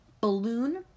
balloon